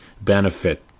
benefit